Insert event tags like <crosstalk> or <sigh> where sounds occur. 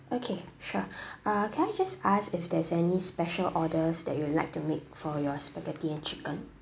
okay sure <breath> uh can I just ask if there's any special orders that you would like to make for your spaghetti and chicken